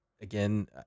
again